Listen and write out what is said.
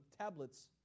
tablets